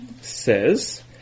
says